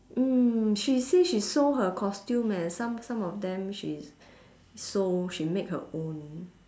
mm she say she sew her costume eh some some of them she sew she make her own